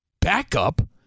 backup